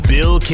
Bill